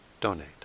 donate